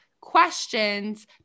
questions